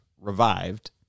revived